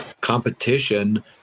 competition